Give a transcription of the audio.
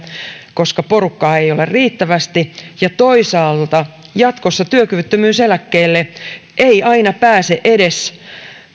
koska porukkaa ei ole riittävästi ja toisaalta jatkossa työkyvyttömyyseläkkeelle eivät aina pääse edes